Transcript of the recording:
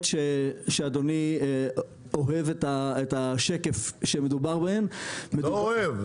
שאדוני אוהב את השקף שמדובר בהן --- לא אוהב.